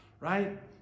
right